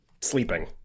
sleeping